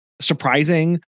surprising